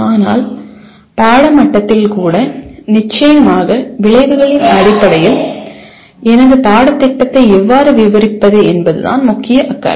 ஆனால் பாட மட்டத்தில் கூட நிச்சயமாக விளைவுகளின் அடிப்படையில் எனது பாடத்திட்டத்தை எவ்வாறு விவரிப்பது என்பதுதான் முக்கிய அக்கறை